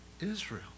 Israel